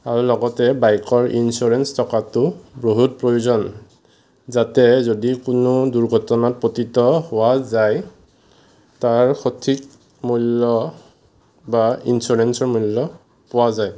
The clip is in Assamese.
আৰু লগতে বাইকৰ ইঞ্চোৰেনচ থকাটো বহুত প্ৰয়োজন যাতে যদি কোনো দুৰ্ঘটনাত পতিত হোৱা যায় তাৰ সঠিক মূল্য বা ইঞ্চোৰেনচৰ মূল্য পোৱা যায়